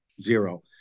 Zero